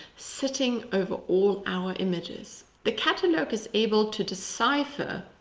sitting over all our images. the catalogue is able to decipher,